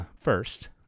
first